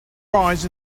prize